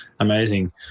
Amazing